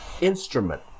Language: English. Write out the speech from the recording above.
instrument